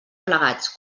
plegats